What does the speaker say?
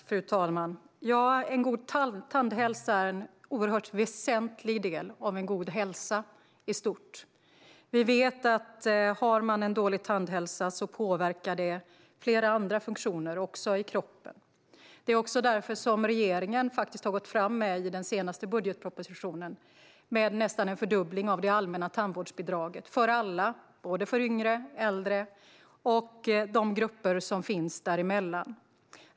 Fru talman! En god tandhälsa är en väsentlig del av en god hälsa i stort. Vi vet att om man har en dålig tandhälsa påverkar det flera andra funktioner i kroppen. Därför har regeringen i den senaste budgetpropositionen gått fram med nästan en fördubbling av det allmänna tandvårdsbidraget, för alla - såväl yngre och äldre som de grupper som finns däremellan.